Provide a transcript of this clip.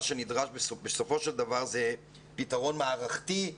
שנדרש בסופו של דבר זה פתרון מערכתי,